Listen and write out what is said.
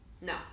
No